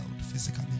physically